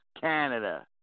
Canada